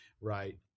right